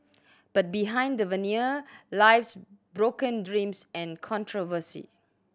but behind the veneer lies broken dreams and controversy